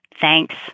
thanks